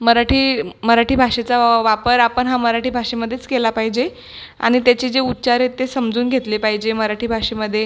मराठी मराठी भाषेचा वा वापर आपण हा मराठी भाषेमध्येच केला पाहिजे आणि त्याचे जे उच्चार आहेत ते समजून घेतले पाहिजे मराठी भाषेमध्ये